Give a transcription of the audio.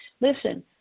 Listen